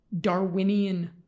Darwinian